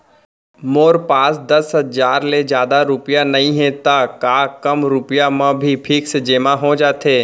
मोर पास दस हजार ले जादा रुपिया नइहे त का कम रुपिया म भी फिक्स जेमा हो जाथे?